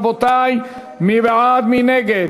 רבותי, מי בעד, מי נגד?